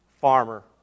Farmer